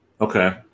Okay